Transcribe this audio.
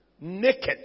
Naked